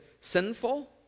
sinful